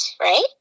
right